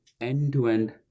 end-to-end